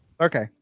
Okay